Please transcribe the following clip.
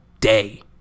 day